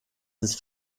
ist